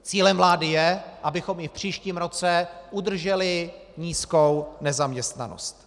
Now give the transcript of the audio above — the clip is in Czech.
Cílem vlády je, abychom i v příštím roce udrželi nízkou nezaměstnanost.